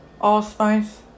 Allspice